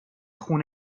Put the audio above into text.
کار